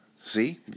see